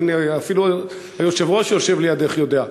אפילו היושב-ראש שיושב לידך יודע,